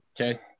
Okay